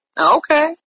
Okay